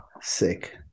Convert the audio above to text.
sick